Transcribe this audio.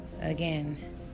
Again